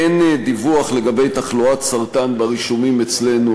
אין דיווח לגבי תחלואת סרטן ברישומים אצלנו,